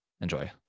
Enjoy